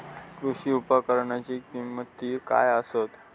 कृषी उपकरणाची किमती काय आसत?